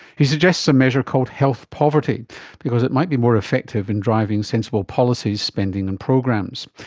he suggests a measure called health poverty because it might be more effective in driving sensible policies, spending and programs.